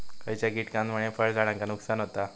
खयच्या किटकांमुळे फळझाडांचा नुकसान होता?